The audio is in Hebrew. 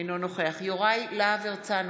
אינו נוכח יוראי להב הרצנו,